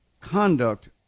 conduct